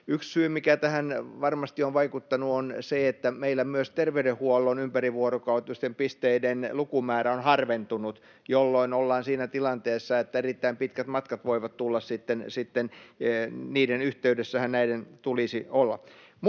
Yksi syy, mikä tähän varmasti on vaikuttanut, on se, että meillä myös terveydenhuollon ympärivuorokautisten pisteiden lukumäärä on harventunut, jolloin ollaan siinä tilanteessa, että voi tulla erittäin pitkät matkat. Niiden yhteydessähän näiden tulisi olla.